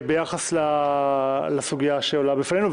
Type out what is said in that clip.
ביחס לסוגיה שעולה בפנינו,